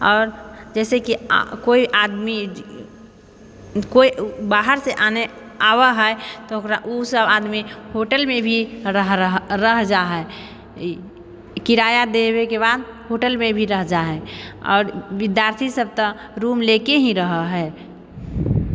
आओर जैसे कि कोई आदमी कोई बाहरसँ आने आबै है तऽ ओकरा ओ सब आदमी होटलमे भी रह जा है ई किराया देवेके बाद होटलमे भी रह जा है आओर विद्यार्थी सब तऽ रूम लेके ही रहै है